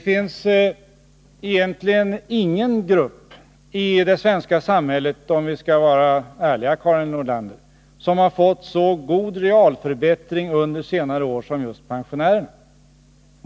Om vi skall vara ärliga, Karin Nordlander, finns det ingen grupp i det svenska samhället som har fått så god realförbättring under senare år som just pensionärerna.